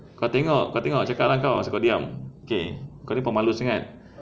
kau tengok kau tengok cakap lah kau asal kau diam K kau ni pemalu sangat